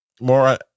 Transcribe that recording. more